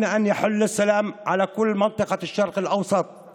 אני מייחל לכך שהשלום ישרור בכל אזור המזרח התיכון,